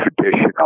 traditional